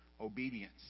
Obedience